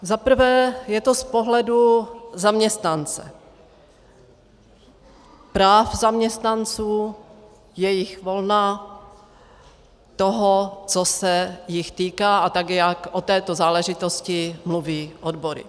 Za prvé je to z pohledu zaměstnance, práv zaměstnanců, jejich volna, toho, co se jich týká, a tak, jak o této záležitosti mluví odbory.